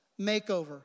makeover